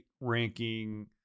ranking